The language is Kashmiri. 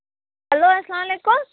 ہیلو اسلام علیکُم